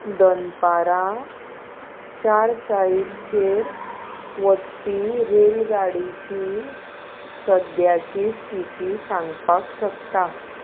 दनपारां चार चाळीसचेर वचपी रेलगाडीची सद्याची स्थिती सांगपाक शकता